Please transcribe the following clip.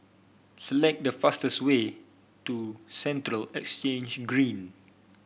select the fastest way to Central Exchange Green